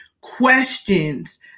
questions